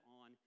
on